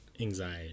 anxiety